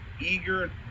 eager